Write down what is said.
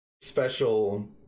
special